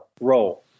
role